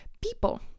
people